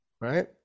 right